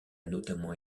notamment